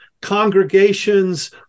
congregations